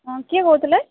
ହଁ କିଏ କହୁଥିଲେ